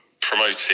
promoting